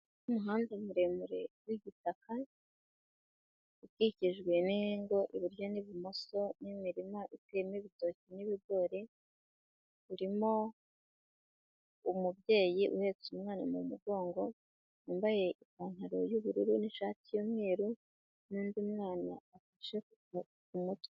Umuhanda muremure w'igitaka. Ukikijwe n'ingo iburyo n'ibumoso n'imirima iteyemo ibitoki n'ibigori. Urimo, umubyeyi uhetse umwana mu mugongo, wambaye ipantaro y'ubururu n'ishati y'umweru, n'undi mwana afashe umutwe.